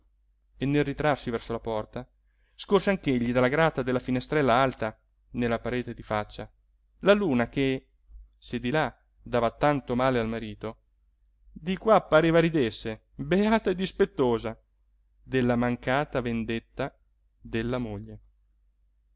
e nel ritrarsi verso la porta scorse anch'egli dalla grata della finestrella alta nella parete di faccia la luna che se di là dava tanto male al marito di qua pareva ridesse beata e dispettosa della mancata vendetta della moglie